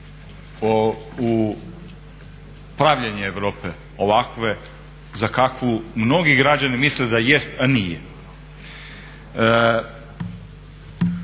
u pravljenje Europe, ovakve za kakvu mnogi građani misle da jest a nije?